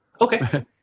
okay